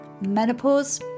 menopause